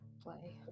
Play